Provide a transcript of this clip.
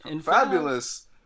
fabulous